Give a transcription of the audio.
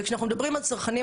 וכשאנחנו מדברים על צרכנים,